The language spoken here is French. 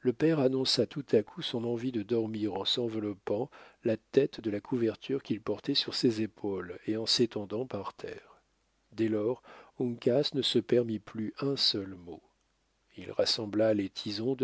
le père annonça tout à coup son envie de dormir en s'enveloppant la tête de la couverture qu'il portait sur ses épaules et en s'étendant par terre dès lors uncas ne se permit plus un seul mot il rassembla les tisons